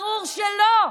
ברור שלא.